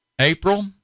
April